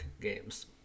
Games